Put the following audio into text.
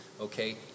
okay